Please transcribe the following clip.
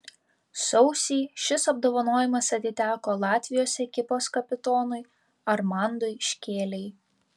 sausį šis apdovanojimas atiteko latvijos ekipos kapitonui armandui škėlei